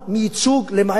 למעט חבר הכנסת מולה,